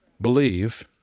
believe